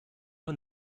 von